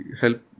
help